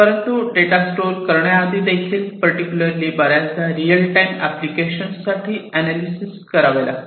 परंतु data store करण्याआधी देखील पर्टिक्युलरली बऱ्याचदा रियल टाइम एप्लीकेशन साठी एनालिसिस करावे लागते